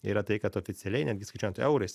yra tai kad oficialiai netgi skaičiuojant eurais